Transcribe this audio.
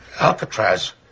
Alcatraz